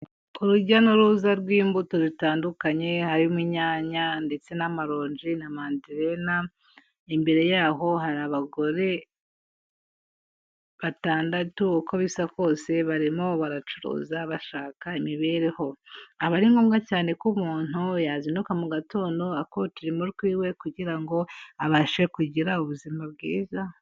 Urujya n'uruza rw'imbuto zitandukanye, harimo inyanya, ndetse n'amarongi, na mandarena, imbere yaho hari abagore batandatu uko bisa kose barimo baracuruza, bashaka imibereho, aba ari ngombwa cyane ko umuntu yazinduka mu gatondo akora uturimo twiwe kugira ngo abashe kugira ubuzima bwiza.